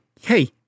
hey